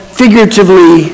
figuratively